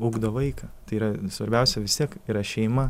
ugdo vaiką tai yra svarbiausia vis tiek yra šeima